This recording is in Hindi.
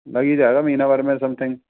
लग ही जायेगा महीना भर में समथिंग